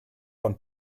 von